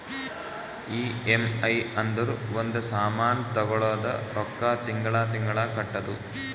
EMI ಅಂದುರ್ ಒಂದ್ ಸಾಮಾನ್ ತಗೊಳದು ರೊಕ್ಕಾ ತಿಂಗಳಾ ತಿಂಗಳಾ ಕಟ್ಟದು